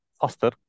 faster